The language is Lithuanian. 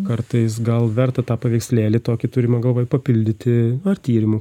kartais gal verta tą paveikslėlį tokį turimą galvoj papildyti ar tyrimu